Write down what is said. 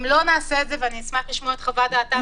אם לא נעשה את זה ואני אשמח לשמוע את חוות דעתו